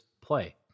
play